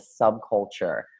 subculture